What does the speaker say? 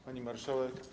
Pani Marszałek!